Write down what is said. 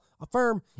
Affirm